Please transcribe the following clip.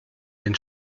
den